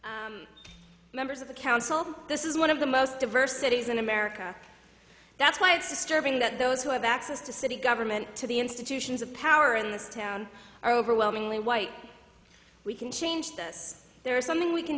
it's members of the council this is one of the most diverse cities in america that's why it's disturbing that those who have access to city government to the institutions of power in this town are overwhelmingly white we can change this there is something we can